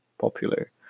popular